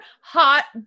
hot